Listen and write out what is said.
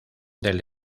del